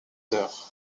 d’heure